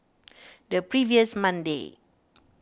the previous Monday